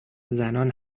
زنان